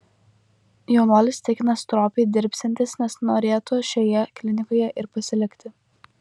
jaunuolis tikina stropiai dirbsiantis nes norėtų šioje klinikoje ir pasilikti